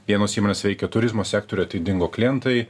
vienos įmonės veikė turizmo sektoriuje tai dingo klientai